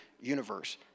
universe